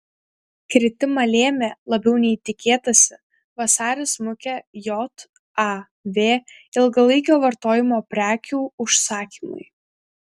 kritimą lėmė labiau nei tikėtasi vasarį smukę jav ilgalaikio vartojimo prekių užsakymai